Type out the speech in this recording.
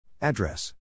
Address